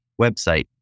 website